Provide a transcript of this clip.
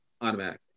automatically